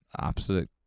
absolute